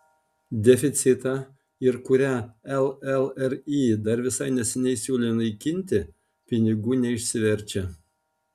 deficitą ir kurią llri dar visai neseniai siūlė naikinti pinigų neišsiverčia